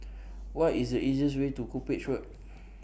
What IS The easiest Way to Cuppage Road